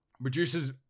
Reduces